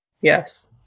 Yes